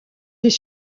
des